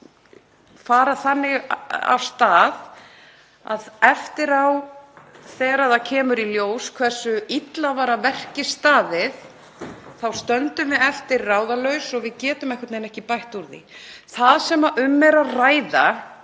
fara þannig af stað að eftir á, þegar í ljós kemur hversu illa var að verki staðið, þá stöndum við eftir ráðalaus og getum einhvern veginn ekki bætt úr því. Það sem um er að ræða